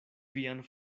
vian